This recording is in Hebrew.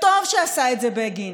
וטוב שעשה את זה בגין